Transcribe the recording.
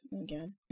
again